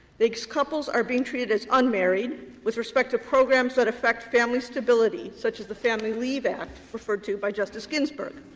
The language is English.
these couples are being treated as unmarried with respect to programs that affect family stability, such as the family leave referred to by justice ginsburg.